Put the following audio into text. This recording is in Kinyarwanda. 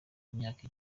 imyaka